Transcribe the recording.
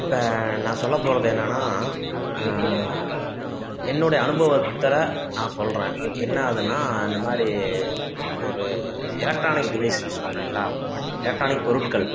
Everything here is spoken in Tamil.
இப்போ நான் சொல்ல போகிறது என்னென்னா என்னுடைய அனுபவத்தில் நான் சொல்கிறேன் என்னதுனா இந்த மாதிரி ஒரு எலெக்ட்ரானிக் டிவைஸ் யூஸ் பண்ணுறிங்களா எலெக்ட்ரானிக் பொருட்கள்